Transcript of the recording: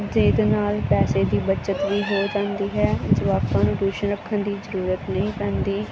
ਜਿਹਦੇ ਨਾਲ ਪੈਸੇ ਦੀ ਬਚਤ ਵੀ ਹੋ ਜਾਂਦੀ ਹੈ ਜਵਾਕਾਂ ਨੂੰ ਟਿਊਸ਼ਨ ਰੱਖਣ ਦੀ ਜ਼ਰੂਰਤ ਨਹੀਂ ਪੈਂਦੀ